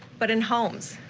but in homes.